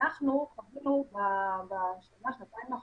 לכם דברים שאנחנו עשינו בתור סנונית ראשונה,